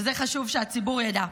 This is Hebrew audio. ואת זה חשוב שהציבור ידע,